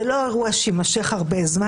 זה לא אירוע שיימשך הרבה זמן.